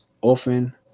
often